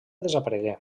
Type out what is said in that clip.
desaparegué